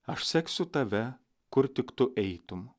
aš seksiu tave kur tik tu eitum